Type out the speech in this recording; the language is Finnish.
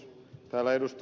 täällä ed